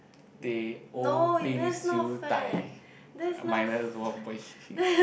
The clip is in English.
teh-o-peng siew-dai minus one point